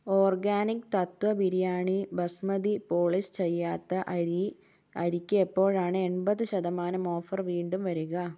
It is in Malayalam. ഓർഗാനിക് തത്വ ബിരിയാണി ബസ്മതി പോളിഷ് ചെയ്യാത്ത അരി അരിക്ക് എപ്പോഴാണ് എൺപത് ശതമാനം ഓഫർ വീണ്ടും വരുക